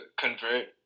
convert